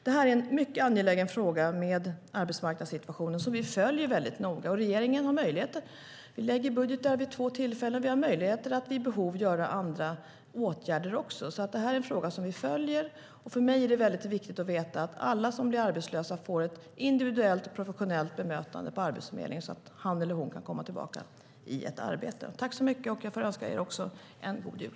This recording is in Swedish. Det här är en mycket angelägen fråga, om arbetsmarknadssituationen, som vi följer noga. Vi lägger fram budgetar vid två tillfällen. Vi har möjligheter att vid behov vidta också andra åtgärder. Det här är en fråga som vi följer, och för mig är det viktigt att veta att alla som blir arbetslösa får ett individuellt och professionellt bemötande på Arbetsförmedlingen så att de kan komma tillbaka till ett arbete. Jag önskar er en god jul.